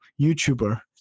YouTuber